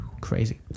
Crazy